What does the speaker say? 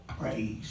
praise